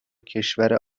کشور